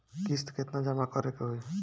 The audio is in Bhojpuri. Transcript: किस्त केतना जमा करे के होई?